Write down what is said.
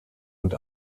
und